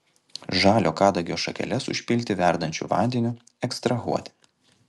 žalio kadagio šakeles užpilti verdančiu vandeniu ekstrahuoti